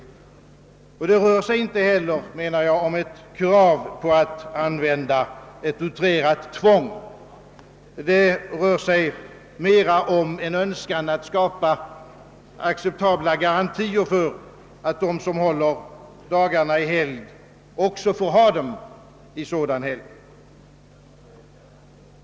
Enligt min mening rör det sig inte heller om ett krav på att använda outrerat tvång utan mera om en önskan att skapa acceptabla garantier för att de som håller dagarna i helgd också får ha dem i sådan.